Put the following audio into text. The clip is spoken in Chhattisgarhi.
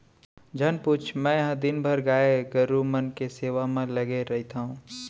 झन पूछ मैंहर दिन भर गाय गरू मन के सेवा म लगे रइथँव